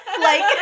Like-